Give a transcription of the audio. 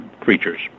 creatures